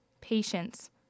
patience